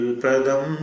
pradam